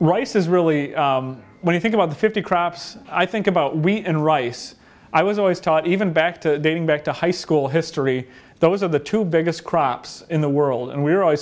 rice is really when you think about the fifty crops i think about we in rice i was always taught even back to back to high school history those are the two biggest crops in the world and we're always